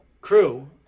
Crew